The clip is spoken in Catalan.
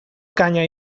canya